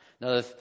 Now